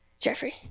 jeffrey